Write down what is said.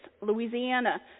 Louisiana